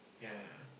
ya